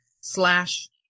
slash